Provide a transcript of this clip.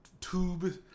tube